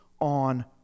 on